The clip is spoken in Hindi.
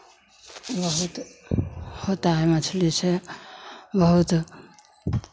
बहुत होता है मछली से बहुत